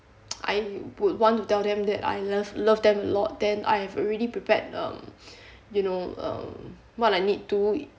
I would want to tell them that I love love them a lot then I have already prepared uh you know um what I need to